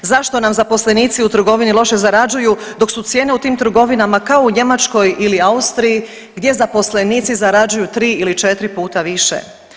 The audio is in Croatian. Zašto nam zaposlenici u trgovini loše zarađuju dok su cijene u tim trgovinama kao u Njemačkoj ili u Austriji gdje zaposlenici zarađuju tri ili četiri puta više?